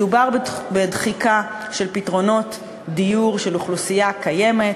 מדובר בדחיקה של פתרונות דיור של אוכלוסייה קיימת,